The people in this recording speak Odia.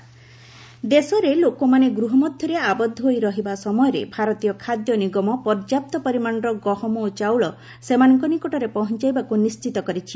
ଏଫ୍ସିଆଇ ସପ୍ଲାଇ ଦେଶରେ ଲୋକମାନେ ଗୃହ ମଧ୍ୟରେ ଆବଦ୍ଧ ହୋଇ ରହିବା ସମୟରେ ଭାରତୀୟ ଖାଦ୍ୟ ନିଗମ ପର୍ଯ୍ୟାପ୍ତ ପରିମାଣର ଗହମ ଓ ଚାଉଳ ସେମାନଙ୍କ ନିକଟରେ ପହଞ୍ଚାଇବାକୁ ନିଶ୍ଚିତ କରିଛି